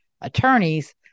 attorneys